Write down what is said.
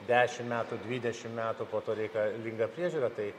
dešim metų dvidešim metų po to reikalinga priežiūra tai